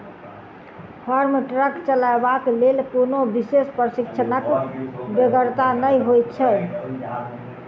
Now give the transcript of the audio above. farm truck चलयबाक लेल कोनो विशेष प्रशिक्षणक बेगरता नै होइत छै